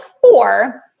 four